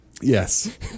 Yes